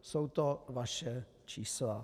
Jsou to vaše čísla.